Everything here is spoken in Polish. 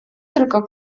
tylko